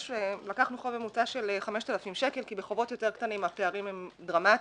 לקחנו חוב ממוצע של 5,000 שקל כי בחובות יותר קטנים הפערים הם דרמטיים.